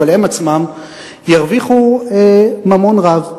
אבל הם עצמם ירוויחו ממון רב.